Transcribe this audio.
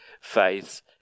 faith